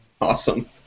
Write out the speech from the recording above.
Awesome